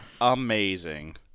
Amazing